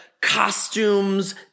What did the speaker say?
costumes